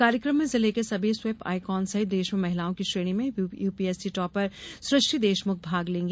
कार्यकम में जिले के सभी स्वीप आइकॉन सहित देश में महिलाओं की श्रेणी में यूपीएससी टॉपर सृष्टि देशमुख भाग लेंगी